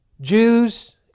Jews